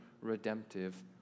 redemptive